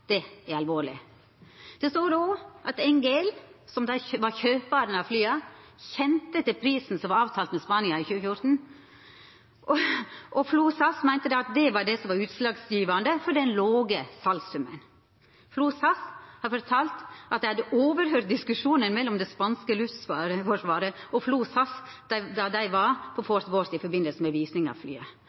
Det er alvorleg. Det står òg at NGL, som var kjøparen av flya, kjende til prisen som var avtalt med Spania i 2014, og FLO SAS meinte at det var det som var utslagsgjevande for den låge salssummen. FLO SAS har fortalt at «de hadde overhørt diskusjonen mellom det spanske luftforsvaret og FLO SAS da de var på Fort Worth i forbindelse med